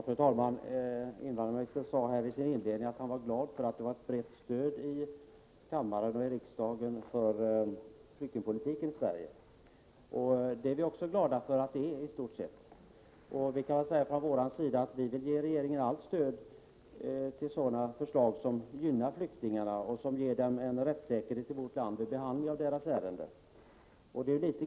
Fru talman! Invandrarministern sade inledningsvis att han var glad för att det finns ett brett stöd i riksdagen för flyktingpolitiken i Sverige. Vi är också glada för att det i stort är så. Vi vill från vår sida ge regeringen allt stöd till sådana förslag som gynnar flyktingarna och ger dem rättssäkerhet i vårt land vid behandling av de ärenden som gäller dem.